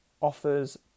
offers